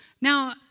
Now